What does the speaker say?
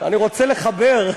אני רוצה לחבר,